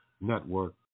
Network